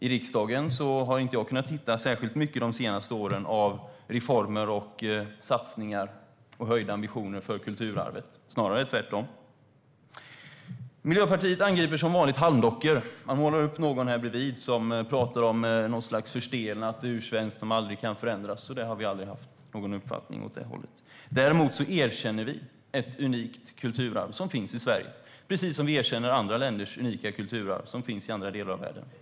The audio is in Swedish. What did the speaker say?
I riksdagen har jag de senaste åren inte kunnat hitta särskilt mycket av reformer, satsningar och höjda ambitioner för kulturarvet - snarare tvärtom. Miljöpartiet angriper som vanligt halmdockor. Man håller upp någon här bredvid som talar om något slags förstelnat ursvenskt som aldrig kan förändras. Vi har aldrig haft någon uppfattning åt det hållet. Däremot erkänner vi ett unikt kulturarv som finns i Sverige, precis som vi erkänner andra länders unika kulturarv som finns i andra delar av världen.